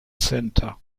center